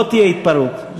לא תהיה התפרעות.